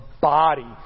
body